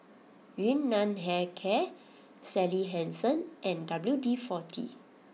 Yun Nam Hair Care Sally Hansen and W D forty